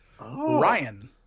Ryan